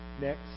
Next